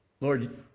Lord